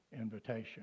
invitation